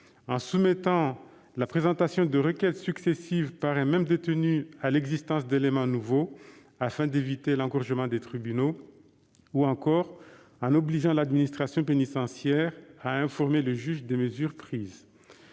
en soumettant la présentation de requêtes successives par un même détenu à l'existence d'éléments nouveaux afin d'éviter l'engorgement des tribunaux et en obligeant l'administration pénitentiaire à informer le juge des mesures prises.